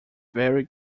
very